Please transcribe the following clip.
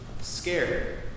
scared